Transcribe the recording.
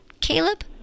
Caleb